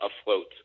afloat